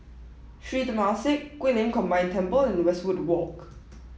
Sri Temasek Guilin Combined Temple and Westwood Walk